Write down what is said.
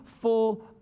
full